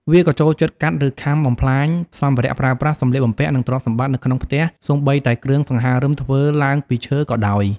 វាក៏ចូលចិត្តកាត់ ឬខាំបំផ្លាញសម្ភារៈប្រើប្រាស់ សម្លៀកបំពាក់ និងទ្រព្យសម្បត្តិនៅក្នុងផ្ទះសូម្បីតែគ្រឿងសង្ហារឹមធ្វើឡើងពីឈើក៏ដោយ។